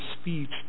speech